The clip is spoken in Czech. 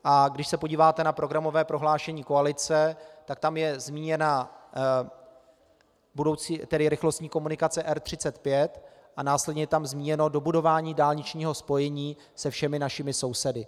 A když se podíváte na programové prohlášení koalice, tak tam je zmíněna rychlostní komunikace R35 a následně je tam zmíněno dobudování dálničního spojení se všemi našimi sousedy.